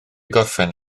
gorffen